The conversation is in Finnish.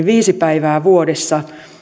viisi päivää vuodessa